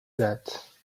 that